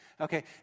Okay